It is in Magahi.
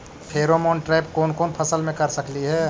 फेरोमोन ट्रैप कोन कोन फसल मे कर सकली हे?